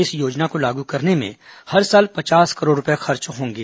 इसे योजना को लागू करने में हर साल पचास करोड़ रूपए खर्च होंगे